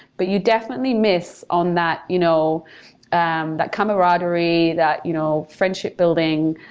but you definitely miss on that you know um that camaraderie, that you know friendship building,